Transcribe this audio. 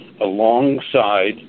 alongside